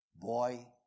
Boy